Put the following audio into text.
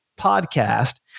podcast